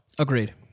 Agreed